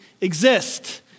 exist